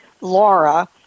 Laura